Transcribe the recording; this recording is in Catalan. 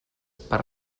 per